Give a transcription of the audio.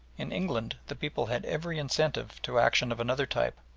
in england the people had every incentive to action of another type.